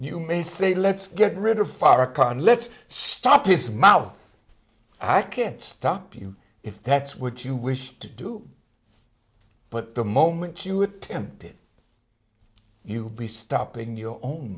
you may say let's get rid of farrakhan let's stop his mouth i can't stop you if that's what you wish to do but the moment you attempted you be stopping your own